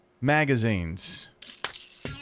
magazines